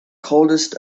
coldest